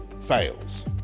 fails